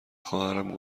خواهرم